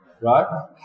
right